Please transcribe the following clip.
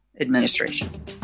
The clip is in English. administration